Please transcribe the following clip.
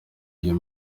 iyo